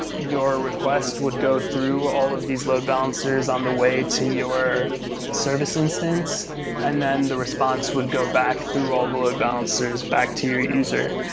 your request would go through all of these load balancers on the way to your service instance and then the response would go back through all the balancers back to your user.